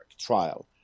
trial